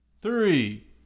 Three